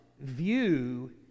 view